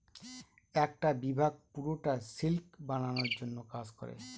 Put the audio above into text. একটা বিভাগ পুরোটা সিল্ক বানানোর জন্য কাজ করে